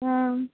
হুম